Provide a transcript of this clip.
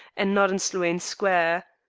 and not in sloane square.